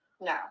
No